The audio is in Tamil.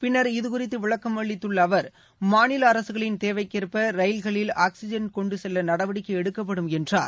பின்னர் இதுகுறித்து விளக்கமளித்துள்ள அவர் மாநில அரசுகளின் தேவைக்கேற்ப ரயில்களில் ஆக்ஸிஜன் கொண்டு செல்ல நடவடிக்கை எடுக்கப்படும் என்றார்